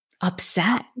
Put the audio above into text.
upset